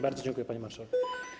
Bardzo dziękuję, pani marszałek.